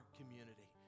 community